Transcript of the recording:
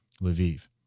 Lviv